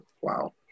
wow